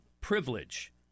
privilege